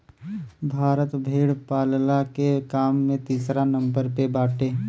भारत भेड़ पालला के काम में तीसरा नंबर पे बाटे